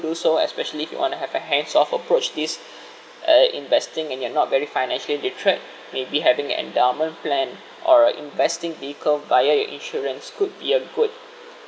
do so especially if you want to have a hands off approach this uh investing and you're not very financially detract maybe having an endowment plan or a investing vehicle via your insurance could be a good